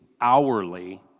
hourly